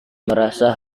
merasa